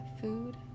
food